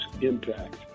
impact